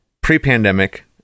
pre-pandemic